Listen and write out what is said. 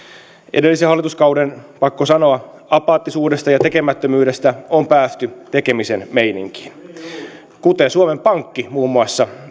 edellisen hallituskauden pakko sanoa apaattisuudesta ja tekemättömyydestä on päästy tekemisen meininkiin kuten muun muassa